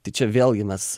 tai čia vėlgi mes